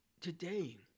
today